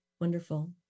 Wonderful